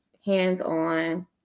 hands-on